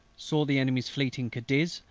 saw the enemy's fleet in cadiz,